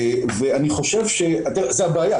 זו הבעיה.